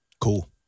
Cool